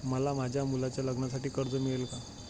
मला माझ्या मुलाच्या लग्नासाठी कर्ज मिळेल का?